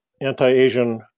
anti-Asian